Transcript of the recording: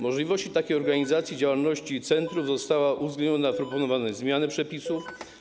Możliwość takiej organizacji działalności centrów została uwzględniona w proponowanych zmianach przepisów.